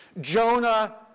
Jonah